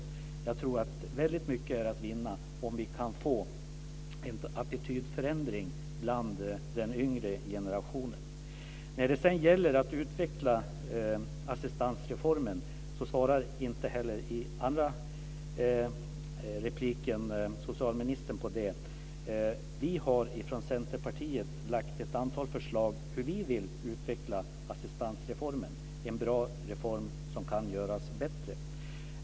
Jag tror att väldigt mycket är att vinna om vi kan få en attitydförändring hos den yngre generationen. När det sedan gäller frågan om att utveckla assistansreformen svarar inte socialministern heller i sitt andra inlägg på den. Vi har från Centerpartiets sida lagt fram ett antal förslag till hur vi vill utveckla assistansreformen, en bra reform som kan göras bättre.